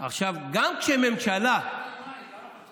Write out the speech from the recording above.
גם כשממשלה, למה עוד חודשיים?